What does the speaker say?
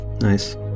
Nice